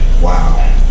Wow